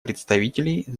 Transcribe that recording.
представителей